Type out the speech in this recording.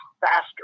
faster